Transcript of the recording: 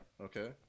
Okay